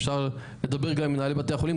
אפשר לדבר גם עם מנהלי בתי החולים,